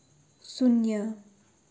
शून्य